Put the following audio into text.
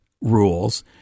rules